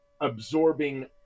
absorbing